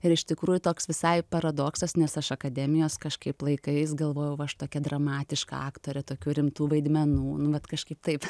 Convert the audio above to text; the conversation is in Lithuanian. ir iš tikrųjų toks visai paradoksas nes aš akademijos kažkaip laikais galvojau aš tokia dramatiška aktorė tokių rimtų vaidmenų bet kažkaip taip